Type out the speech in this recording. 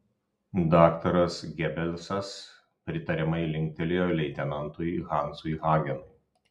daktaras gebelsas pritariamai linktelėjo leitenantui hansui hagenui